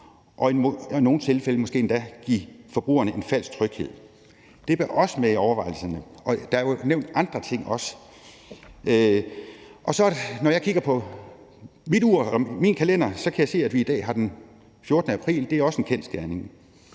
kan i nogle tilfælde måske endda give forbrugerne en falsk tryghed. Det er også med i overvejelserne, og der er jo også nævnt andre ting. Når jeg kigger på min kalender, kan jeg se, at vi i dag har den 14. april – det er også en kendsgerning.